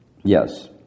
Yes